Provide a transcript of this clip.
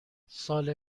سال